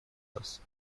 است